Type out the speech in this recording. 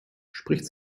spricht